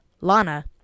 Lana